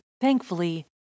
thankfully